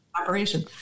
operation